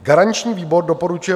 Garanční výbor doporučuje